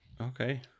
Okay